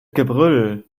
gebrüll